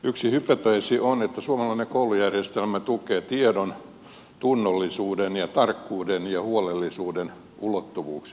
yksi hypoteesi on että suomalainen koulujärjestelmä tukee tiedon tunnollisuuden tarkkuuden ja huolellisuuden ulottuvuuksia